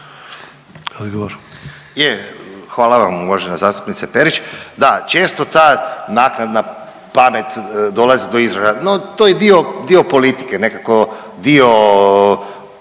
hvala vam uvažena zastupnice Perić. Da, često ta naknadna pamet dolazi do izražaja, no to je dio, dio politike, nekako dio